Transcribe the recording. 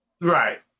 Right